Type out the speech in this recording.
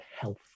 health